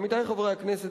עמיתי חברי הכנסת,